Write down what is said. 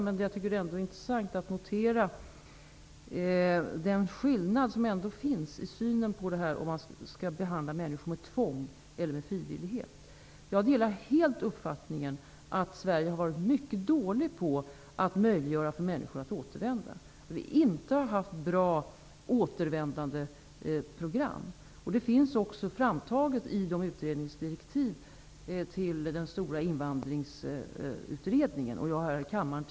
Men det är ändå intressant att notera den skillnad som finns i synen på om man skall behandla människor med tvång eller med frivillighet. Jag delar helt uppfattningen att vi i Sverige har varit mycket dåliga på att möjliggöra för människor att återvända. Vi har inte haft bra återvändandeprogram. I utredningsdirektiven till den stora invandringsutredningen finns detta framtaget.